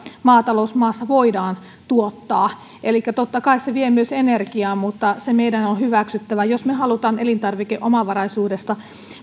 maatalousmaassa voidaan tuottaa elikkä totta kai se vie myös energiaa mutta se meidän on hyväksyttävä jos me haluamme elintarvikeomavaraisuudestamme